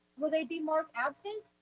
will they be marked absent?